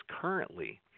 currently